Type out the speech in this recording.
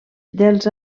dels